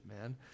man